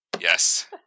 yes